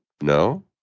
No